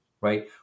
right